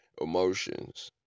emotions